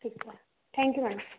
ठीक है thank you madam